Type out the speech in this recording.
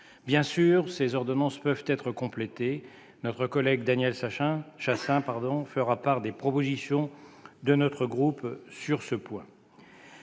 Bien sûr, ces ordonnances peuvent être complétées. Notre collègue Daniel Chasseing fera part des propositions de notre groupe sur ce point.